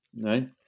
right